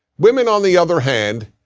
women, on the other hand,